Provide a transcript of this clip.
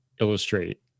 illustrate